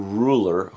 ruler